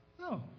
No